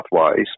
pathways